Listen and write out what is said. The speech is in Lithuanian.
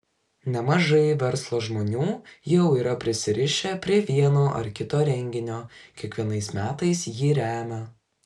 nemažai verslo žmonių jau yra prisirišę prie vieno ar kito renginio kiekvienais metais jį remią